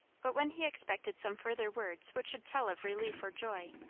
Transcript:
but when he expected some further words which should tell of relief or joy,